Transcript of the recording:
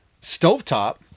stovetop